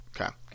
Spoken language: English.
Okay